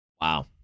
Wow